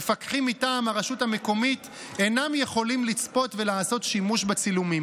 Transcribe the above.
מפקחים מטעם הרשות המקומית אינם יכולים לצפות ולעשות שימוש בצילומים.